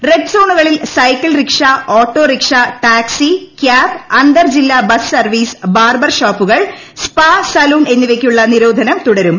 red സോണുകളിൽ cycle rickshaw ്ട്രഓട്ടോറിക്ഷ taxi cab അന്തർ ജില്ലാ ബസ് സർവ്വീസ് ബ്ബാർബർ ഷോപ്പുകൾ സ്പാ സലൂൺ എന്നിവയ്ക്കുള്ളൂ നീരോധനം തുടരും